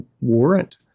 warrant